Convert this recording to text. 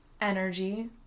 energy